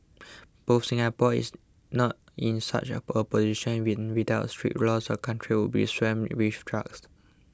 Singapore is not in such a position without its strict laws the country would be swamped with